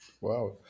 Wow